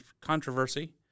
controversy